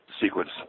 sequence